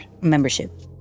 membership